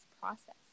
process